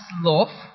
love